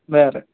വേറെ